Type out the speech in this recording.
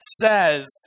says